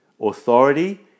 authority